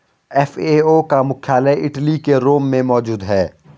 FAO का मुख्यालय Italy के रोम में मौजूद है